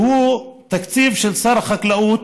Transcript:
שהוא תקציב של שר החקלאות,